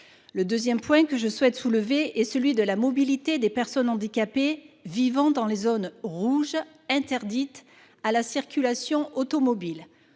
Le second point que je souhaite soulever est celui de la mobilité des personnes handicapées vivant dans les « zones rouges », interdites à la circulation automobile.